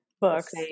books